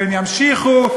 והם ימשיכו,